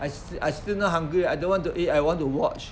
I still I still not hungry I don't want to eat I want to watch